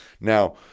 Now